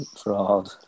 fraud